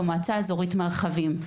במועצה האזורית מרחבים.